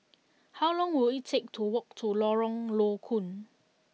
how long will it take to walk to Lorong Low Koon